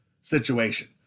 situation